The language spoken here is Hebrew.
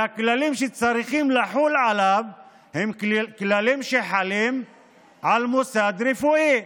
והכללים שצריכים לחול עליו הם כללים שחלים על מוסד רפואי.